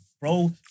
bro